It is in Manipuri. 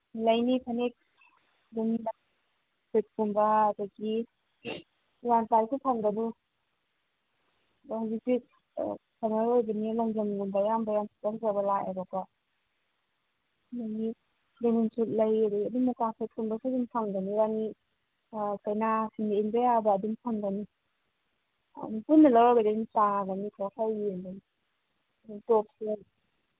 ꯂꯩꯅꯤ ꯐꯅꯦꯛ ꯁꯨꯠꯀꯨꯝꯕ ꯑꯗꯒꯤ ꯋꯥꯟ ꯄ꯭ꯂꯥꯏꯁꯨ ꯐꯪꯒꯅꯤ ꯍꯧꯖꯤꯛꯇꯤ ꯁꯃꯔ ꯑꯣꯏꯕꯅꯤꯅ ꯂꯪꯖꯝꯒꯨꯝꯕ ꯑꯌꯥꯝꯕ ꯈꯤꯇꯪ ꯐꯕ ꯂꯥꯛꯑꯦꯕꯀꯣ ꯑꯗꯒꯤ ꯂꯦꯅꯤꯟ ꯁꯨꯠ ꯂꯩ ꯑꯗꯩ ꯃꯨꯀꯥ ꯁꯨꯠꯀꯨꯝꯕꯁꯨ ꯑꯗꯨꯝ ꯐꯪꯒꯅꯤ ꯔꯥꯅꯤ ꯀꯩꯅꯥꯁꯤꯡ ꯏꯟꯕ ꯌꯥꯕ ꯑꯗꯨꯝ ꯐꯪꯒꯅꯤ ꯄꯨꯟꯅ ꯂꯩꯔꯒꯗꯤ ꯑꯗꯨꯝ ꯇꯥꯒꯅꯤꯀꯣ ꯈꯔ ꯌꯦꯡꯒꯅꯤ ꯑꯗꯨ ꯇꯣꯞꯁꯨ ꯂꯩ